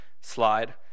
slide